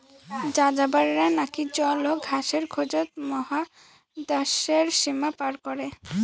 যাযাবরেরা নাকি জল ও ঘাসের খোঁজত মহাদ্যাশের সীমা পার করে